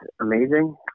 amazing